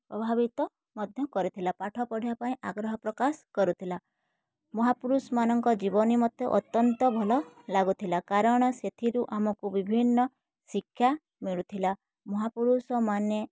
ପ୍ରଭାବିତ ମଧ୍ୟ କରିଥିଲା ପାଠ ପଢ଼ିବା ପାଇଁ ଆଗ୍ରହ ପ୍ରକାଶ କରୁଥିଲା ମହାପୁରୁଷମାନଙ୍କ ଜୀବନୀ ମତେ ଅତ୍ୟନ୍ତ ଭଲ ଲାଗୁଥିଲା କାରଣ ସେଥିରୁ ଆମକୁ ବିଭିନ୍ନ ଶିକ୍ଷା ମିଳୁଥିଲା ମହାପୁରୁଷମାନେ